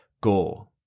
Gore